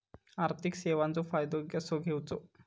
आर्थिक सेवाचो फायदो कसो घेवचो?